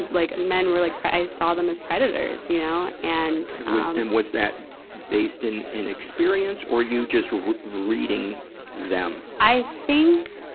like men were like pre, i saw them as predators, you know. and was that base in an experience or you just re, reading them? i think,